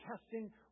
testing